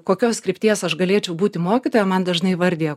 kokios krypties aš galėčiau būti mokytoja man dažnai įvardijo